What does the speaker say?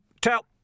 tell